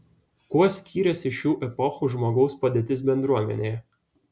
kuo skyrėsi šių epochų žmogaus padėtis bendruomenėje